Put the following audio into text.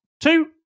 two